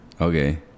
Okay